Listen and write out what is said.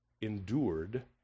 endured